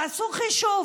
תעשו חישוב: